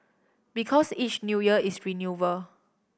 because each New Year is renewal